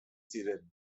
ziren